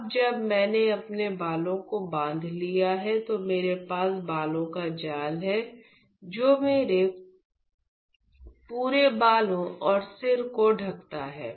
अब जब मैंने अपने बालों को बांध लिया है तो मेरे पास बालों का जाल है जो मेरे पूरे बालों और सिर को ढकता है